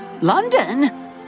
London